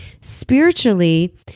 spiritually